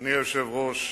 אדוני היושב-ראש,